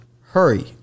Hurry